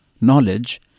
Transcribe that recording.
knowledge